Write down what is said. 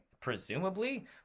presumably